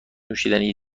نوشیدنی